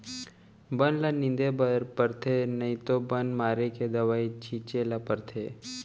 बन ल निंदे बर परथे नइ तो बन मारे के दवई छिंचे ल परथे